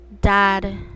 dad